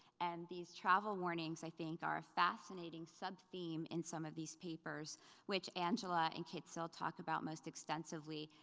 and these travel warnings, i think, are a fascinating sub-theme in some of these papers which angela and quetzil talk about most extensively,